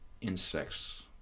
insects